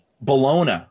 Bologna